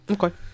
Okay